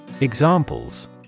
Examples